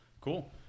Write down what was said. cool